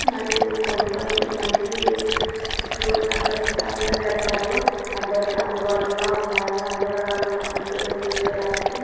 మరియు కొన్ని కొన్ని మంచి ఇప్పుడు ఉన్న ప్రస్తుతం ఉన్న చట్టాలు అందరికి అందుబాటులో ఉన్నాయి అన్ని రకాల సమస్యలను తీర్చడానికి